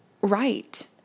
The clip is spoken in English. right